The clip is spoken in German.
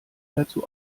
dazu